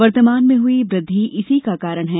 वर्तमान में हुई वृद्धि इसी का कारण है